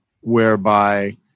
whereby